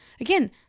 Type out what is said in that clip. Again